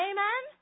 Amen